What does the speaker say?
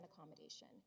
accommodation